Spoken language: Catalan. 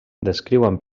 descriuen